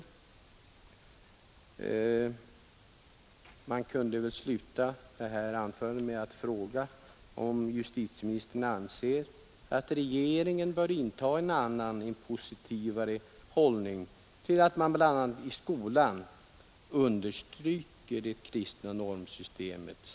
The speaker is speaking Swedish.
Det gäller för oss alla här i riksdagen att stödja de normer som innefattar grundläggande etiska och kristna perspektiv.